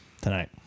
tonight